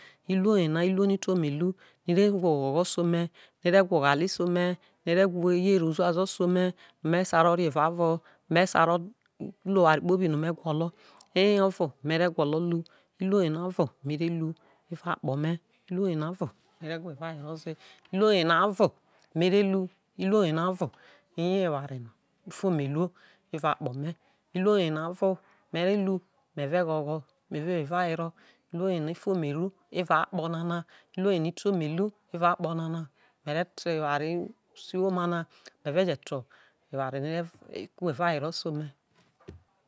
iluo no ute ome elu ni e re gwa oghogho se ome ne ere gwa eghogho se ome ne ere gwa eghale se eme ne re gwa eyere uzuaze se ome me sa ro re eva vo me sa ro lu eware kpibi no me gwolo lu ulue gena na ovo mere gwolo lu evao akpo me iluo yena ovo ore gwa eva wero ze iluo ye na ovo mere lu ilue yena ovo eye eware no ufuome eluo erao kpo me cluo yena vo me re lu me ve gho gho mere wo eva wero iluo yena ufono me re lu cluo yena ite ome elu akpi nana mere ta eware isiwoma na ere gwa evaware se ome